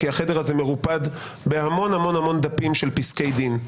כי החדר הזה מרופד בהמון המון המון דפים של פסקי דין.